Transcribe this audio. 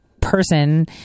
person